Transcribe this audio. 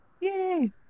Yay